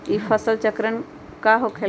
ई फसल चक्रण का होला?